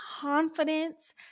confidence